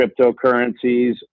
cryptocurrencies